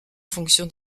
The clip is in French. fonction